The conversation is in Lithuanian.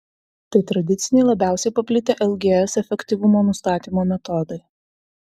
tai tradiciniai labiausiai paplitę lgs efektyvumo nustatymo metodai